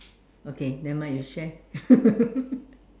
okay nevermind you share